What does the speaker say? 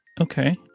Okay